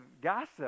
gossip